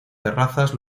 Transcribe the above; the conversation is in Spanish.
terrazas